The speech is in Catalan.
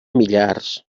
millars